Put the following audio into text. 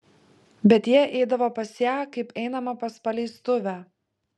bet jie eidavo pas ją kaip einama pas paleistuvę